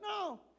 No